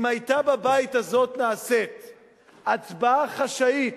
אם היתה נעשית בבית הזה הצבעה חשאית